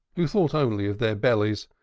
who thought only of their bellies,